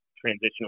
transitional